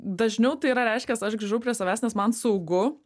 dažniau tai yra reiškias aš grįžau prie savęs nes man saugu